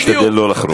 תשתדל לא לחרוג.